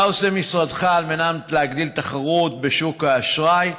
2. מה עושה משרדך על מנת להגדיל תחרות בשוק האשראי?